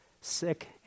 sick